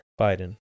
Biden